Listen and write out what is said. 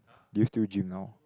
do you still gym now